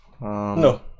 no